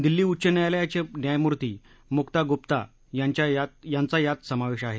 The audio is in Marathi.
दिल्ली उच्च न्यायालयाचे न्यायमूर्ती मुका गुप्ता यांचा यात समावेश आहे